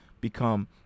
become